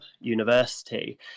university